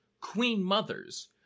queen-mothers